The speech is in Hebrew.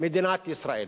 מדינת ישראל.